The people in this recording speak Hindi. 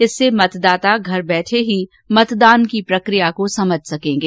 इससे मतदाता घर बैठे ही मतदान की प्रकिया को समझ सकेंगे